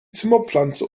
zimmerpflanze